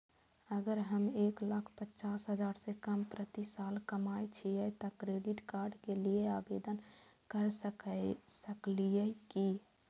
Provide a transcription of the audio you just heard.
अगर हम एक लाख पचास हजार से कम प्रति साल कमाय छियै त क्रेडिट कार्ड के लिये आवेदन कर सकलियै की?